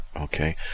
okay